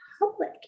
public